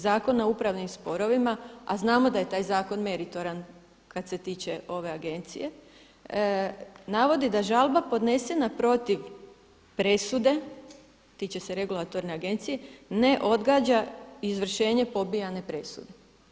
Zakona o upravnim sporovima, a znam da je taj zakon meritoran kad se tiče ove agencije navodi da žalba podnesena protiv presude, tiče se regulatorne agencije ne odgađa izvršenje pobijane presude.